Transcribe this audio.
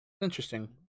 interesting